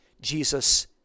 Jesus